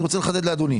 אני רוצה לחדד לאדוני